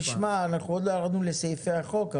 אנחנו נשמע, אנחנו עוד לא ירדנו לסעיפי החוק.